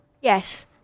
yes